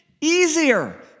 easier